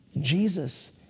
Jesus